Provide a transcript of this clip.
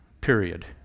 period